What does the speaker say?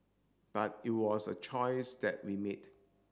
but it was a choice that we made